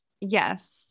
Yes